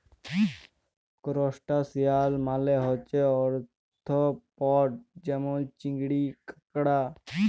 করসটাশিয়াল মালে হছে আর্থ্রপড যেমল চিংড়ি, কাঁকড়া